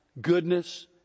goodness